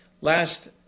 Last